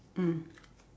mm